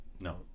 no